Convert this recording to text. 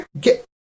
Get